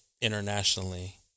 internationally